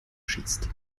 schießt